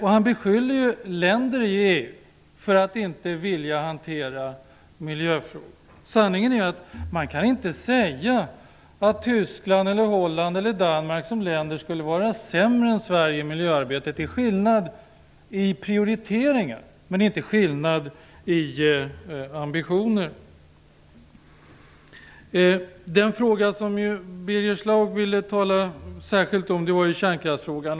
Han beskyller länder i EU för att inte vilja hantera miljöfrågorna. Sanningen är att man inte kan säga att Tyskland, Holland eller Danmark som länder skulle vara sämre än Sverige i miljöarbetet. Det är skillnad i prioriteringen men inte skillnad i ambitionerna. Den fråga som Birger Schlaug ville tala särskilt om var kärnkraftsfrågan.